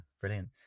Brilliant